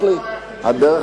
אדוני